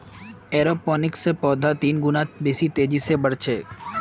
एरोपोनिक्सत पौधार तीन गुना बेसी तेजी स बढ़ छेक